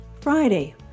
Friday